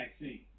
vaccine